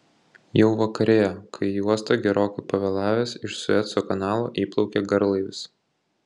jau vakarėjo kai į uostą gerokai pavėlavęs iš sueco kanalo įplaukė garlaivis